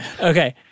Okay